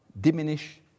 diminish